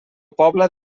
pobla